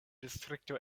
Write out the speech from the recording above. distrikto